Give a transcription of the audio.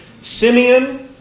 Simeon